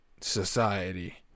society